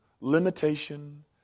limitation